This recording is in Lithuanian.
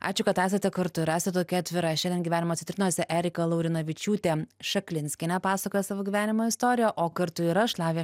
ačiū kad esate kartu ir esat tokia atvira šiandien gyvenimo citrinose erika laurinavičiūtė šaklinskienė pasakoja savo gyvenimo istoriją o kartu ir aš lavija